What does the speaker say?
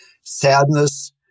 sadness